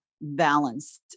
Balanced